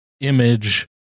image